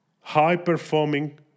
high-performing